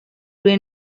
روی